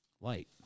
light